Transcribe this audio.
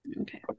okay